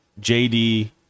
JD